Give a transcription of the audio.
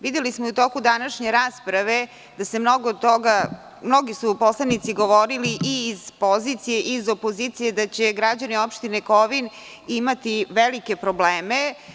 Videli smo i u toku današnje rasprave da su mnogi poslanici govorili i iz pozicije i iz opozicije da će građani opštine Kovin imati velike probleme.